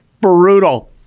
brutal